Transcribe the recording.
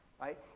right